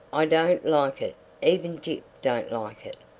i don't like it even gyp don't like it.